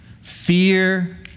fear